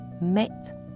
met